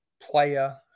player